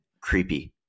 creepy